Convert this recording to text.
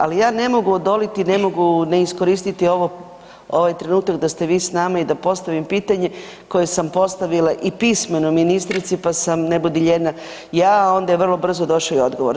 Ali ja ne mogu odoljeti i ne mogu ne iskoristiti ovaj trenutak da ste vi s nama i da postavim pitanje koje sam postavila i pismeno ministrici, pa sam ne budi lijena ja onda je vrlo brzo došao i odgovor.